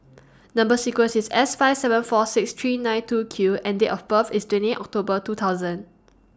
Number sequence IS S five seven four six three nine two Q and Date of birth IS twenty eight October two thousand